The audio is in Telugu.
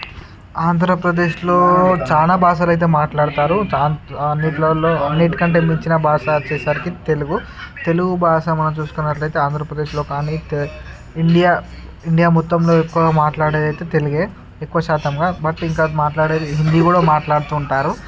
ఆంధ్రప్రదేశ్లో చాలా భాషలు అయితే మాట్లాడతారు చాలా అన్నింటిలో అన్నింటి కంటే మించిన భాష వచ్చేసరికి తెలుగు తెలుగు భాష మనం చూసుకున్నట్లు అయితే ఆంధ్రప్రదేశ్లో కానీ ఇండియా ఇండియా మొత్తంలో ఎక్కువ మాట్లాడేది అయితే తెలుగే ఎక్కువ శాతంగా బట్ ఇక్కడ మాట్లాడేది హిందీ కూడా మాట్లాడుతుంటారు